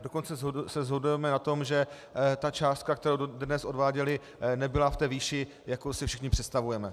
Dokonce se shodujeme na tom, že ta částka, kterou dodnes odváděly, nebyla v té výši, jakou si všichni představujeme.